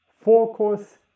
Focus